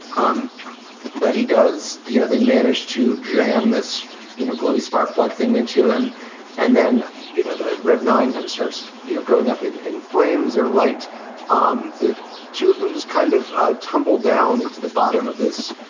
um but he does you know they manage to jam this you know glowing spark plug thing into him and then you know the rev nine kind of starts going up in in flames or light um the two of them just kind of ah tumble down into the bottom of this.